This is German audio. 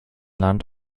land